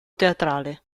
teatrale